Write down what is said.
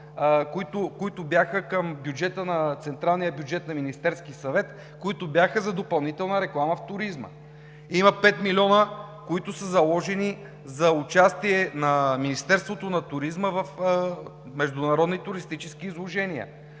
Министерския съвет, които бяха за допълнителна реклама в туризма. Има 5 милиона, които са заложени за участие на Министерството на туризма в международни туристически изложения,